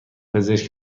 پزشک